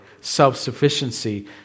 self-sufficiency